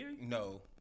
no